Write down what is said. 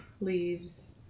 leaves